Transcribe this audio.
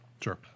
sure